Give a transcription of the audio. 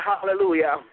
Hallelujah